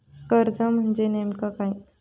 कर्ज म्हणजे नेमक्या काय?